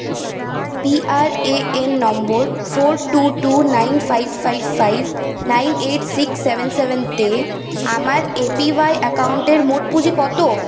P R A N number four two two nine five five five nine eight six seven সেভেনতে আমার A P Y অ্যাকাউন্টের মোট পুঁজি কত